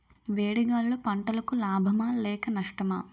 వేడి గాలులు పంటలకు లాభమా లేక నష్టమా?